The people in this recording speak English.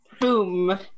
Boom